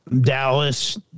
Dallas